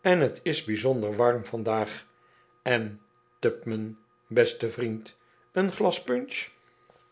en het is bijzonder warm vandaag en tupman beste vriend een glas punch